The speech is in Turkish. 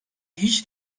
hiç